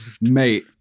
Mate